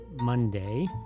Monday